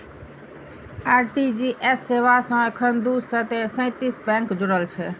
RTGS सेवा सं एखन दू सय सैंतीस बैंक जुड़ल छै